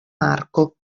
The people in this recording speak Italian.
marco